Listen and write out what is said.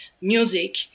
music